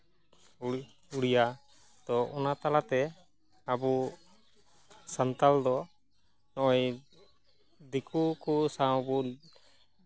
ᱩᱲᱤᱭᱟ ᱛᱚ ᱚᱱᱟ ᱛᱟᱞᱟᱛᱮ ᱟᱵᱚ ᱥᱟᱱᱛᱟᱞ ᱫᱚ ᱱᱚᱜᱼᱚᱭ ᱫᱤᱠᱩ ᱠᱚ ᱥᱟᱶ ᱵᱚᱱ